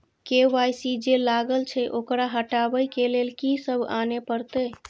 KYC जे लागल छै ओकरा हटाबै के लैल की सब आने परतै?